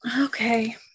okay